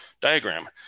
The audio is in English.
diagram